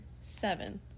Seven